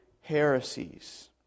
heresies